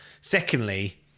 Secondly